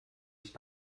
ich